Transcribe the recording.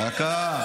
דקה.